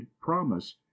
promise